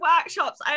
workshops